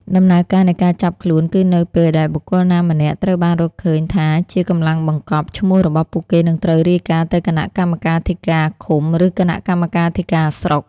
ដំណើរការនៃការចាប់ខ្លួនគឺនៅពេលដែលបុគ្គលណាម្នាក់ត្រូវបានរកឃើញថាជា "កម្លាំងបង្កប់" ឈ្មោះរបស់ពួកគេនឹងត្រូវរាយការណ៍ទៅគណៈកម្មាធិការឃុំ ឬគណៈកម្មាធិការស្រុក។